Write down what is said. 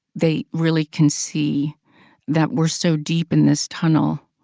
they really can see that we're so deep in this tunnel?